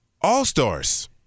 all-stars